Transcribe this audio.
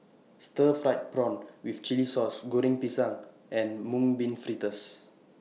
Stir Fried Prawn with Chili Sauce Goreng Pisang and Mung Bean Fritters